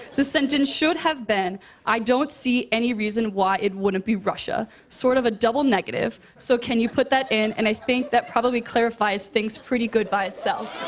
the sentence should have been i don't see any reason why it wouldn't be russia. sort of a double-negative. so can you put that in? and i think that probably clarifies things pretty good by itself.